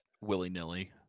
willy-nilly